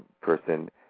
person